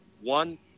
One